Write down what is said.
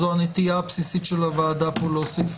זו הנטייה הבסיסית של הוועדה פה להוסיף